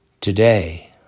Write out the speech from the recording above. today